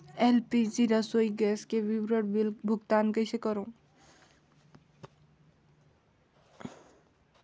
LPG रसोई gas के विवरण बिल भुगतान कइसे करों?